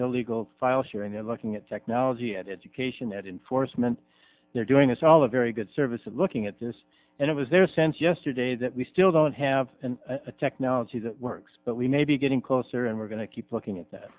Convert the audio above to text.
illegal file sharing they're looking at technology and education that in force meant they're doing us all a very good service of looking at this and it was their sense yesterday that we still don't have a technology that works but we may be getting closer and we're going to keep looking at that